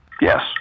Yes